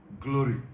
glory